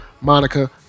Monica